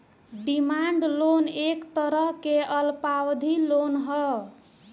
demand loan एक तरह के अल्पावधि लोन ह